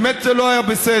באמת זה לא היה בסדר.